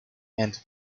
and